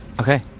Okay